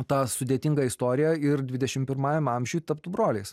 tą sudėtingą istoriją ir dvidešim pirmajam amžiuj taptų broliais